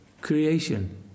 creation